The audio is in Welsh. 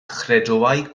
chredoau